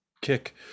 kick